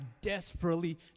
desperately